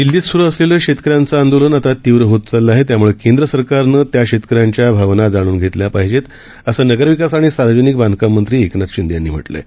दिल्लीतसुरुअसलेलंशेतकऱ्यांचंआंदोलनआतातीव्रहोतचाललंआहे त्यामुळेकेंदसरकारनंत्याशेतकऱ्यांच्याभावनाजाणूनघेतल्यापाहिजेत असंनगरविकासआणिसार्वजनिकबांधकाममंत्रीएकनाथशिंदेयांनीम्हटलंआहे